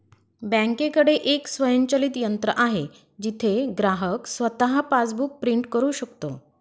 बँकेकडे एक स्वयंचलित यंत्र आहे जिथे ग्राहक स्वतः पासबुक प्रिंट करू शकतो